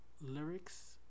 lyrics